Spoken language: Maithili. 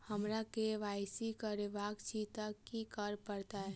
हमरा केँ वाई सी करेवाक अछि तऽ की करऽ पड़तै?